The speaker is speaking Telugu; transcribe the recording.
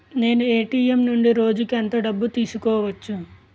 నేను ఎ.టి.ఎం నుండి రోజుకు ఎంత డబ్బు తీసుకోవచ్చు?